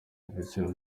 n’ibiciro